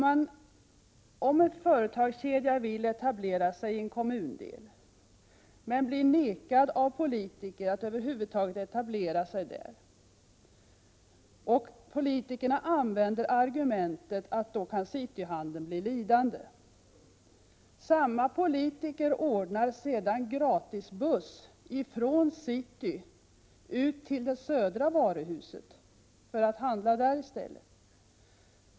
Jag angav ett exempel med en företagskedja som ville etablera sig i en kommundel men blev nekad av politikerna att över huvud taget etablera sig där — och politikerna använde argumentet att cityhandeln skulle bli lidande. Samma politiker ordnade sedan gratisbuss från city ut till det södra varuhuset för att människor skulle kunna handla där.